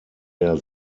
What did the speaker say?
der